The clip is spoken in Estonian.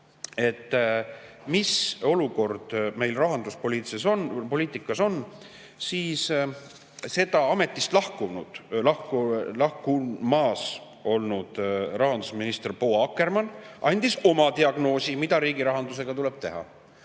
mis olukord meil rahanduspoliitikas on, siis ametist lahkunud, [sel ajal] lahkumas olnud rahandusminister proua Akkermann andis oma diagnoosi, mida riigi rahandusega tuleb teha.